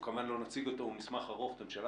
אנחנו כמובן לא נציג אותו.